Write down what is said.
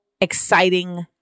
exciting